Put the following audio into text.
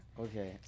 Okay